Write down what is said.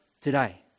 today